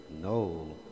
No